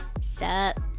Sup